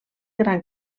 gran